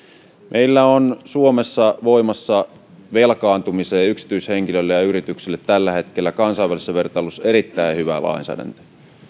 meillä on suomessa voimassa velkaantumiseen yksityishenkilöille ja yrityksille tällä hetkellä kansainvälisessä vertailussa erittäin hyvä lainsäädäntö